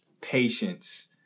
Patience